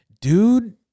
dude